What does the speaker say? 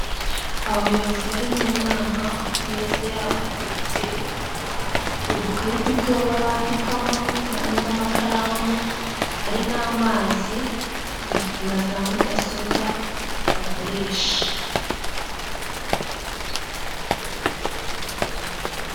Abayobozi bari mu nama, ku meza yabo hateretse udukayi dutoya bandikamo n'amakaramu, hari n'amazi bafite na za mudasobwa bakoresha.